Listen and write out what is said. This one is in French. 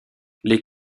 les